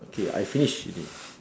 okay I finish already